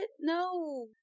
No